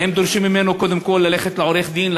כי הם דורשים ממנו קודם כול ללכת לעורך-דין,